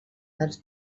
dels